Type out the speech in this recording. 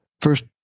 first